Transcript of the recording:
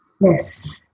Yes